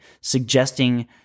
suggesting